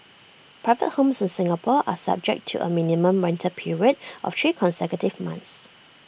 private homes in Singapore are subject to A minimum rental period of three consecutive months